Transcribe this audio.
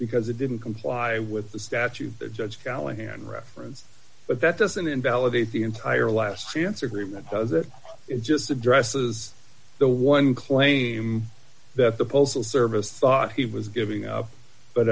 because it didn't comply with the statute the judge callahan reference but that doesn't invalidate the entire last she answered remember that in just addresses the one claim that the postal service thought he was giving up but